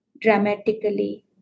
dramatically